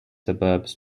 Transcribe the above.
suburbs